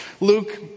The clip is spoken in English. Luke